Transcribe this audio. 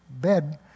bed